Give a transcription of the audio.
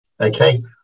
okay